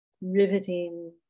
riveting